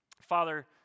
Father